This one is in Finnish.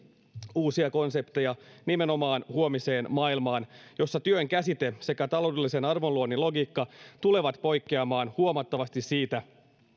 uusia konsepteja nimenomaan huomiseen maailmaan jossa työn käsite sekä taloudellisen arvonluonnin logiikka tulevat poikkeamaan huomattavasti siitä